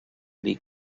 dir